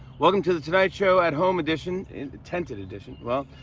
welcome to the tonight show at home edition and tented edition. well,